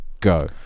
go